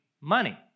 money